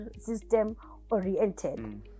system-oriented